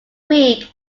week